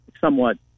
somewhat